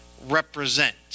represent